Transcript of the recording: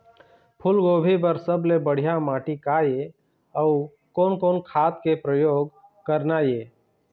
फूलगोभी बर सबले बढ़िया माटी का ये? अउ कोन कोन खाद के प्रयोग करना ये?